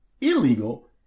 illegal